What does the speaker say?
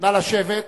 נא לשבת.